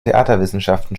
theaterwissenschaften